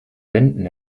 wenden